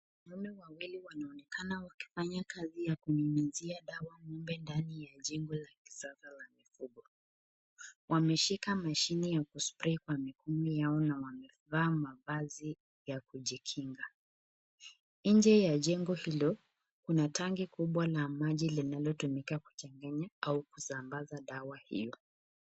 Wanaume wawili wanaonekana wakifafanya kazi ya kunyunyizia dawa ng'ombe ndani ya jengo la kisasa ya mifugo, wameshika mashine ya kusparay kwa mikono yao na wamevaa mavazi ya kujikinga, nje ya jengo hilo kuna tanki kubwa la maji lina tumika kuchanganya au kusambaza dawa hio.